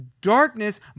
darkness